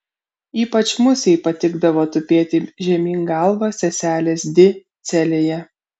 ypač musei patikdavo tupėti žemyn galva seselės di celėje